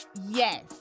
Yes